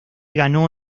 ganó